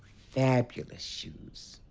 fabulous shoes.